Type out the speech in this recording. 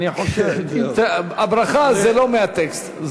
ברכה זה לא מהטקסט,